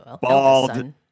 bald